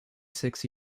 six